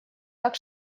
так